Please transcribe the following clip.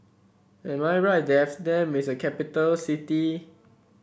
am I right that Amsterdam is a capital city